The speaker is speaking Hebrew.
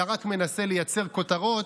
אלא רק מנסה לייצר כותרות,